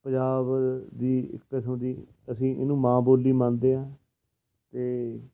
ਪੰਜਾਬ ਦੀ ਇੱਕ ਕਿਸਮ ਦੀ ਅਸੀਂ ਇਹਨੂੰ ਮਾਂ ਬੋਲੀ ਮੰਨਦੇ ਹਾਂ ਅਤੇ